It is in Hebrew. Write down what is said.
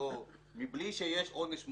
מבלי שיש עונש מוות.